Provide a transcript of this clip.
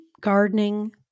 gardening